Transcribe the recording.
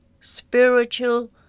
spiritual